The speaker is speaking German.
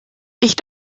ich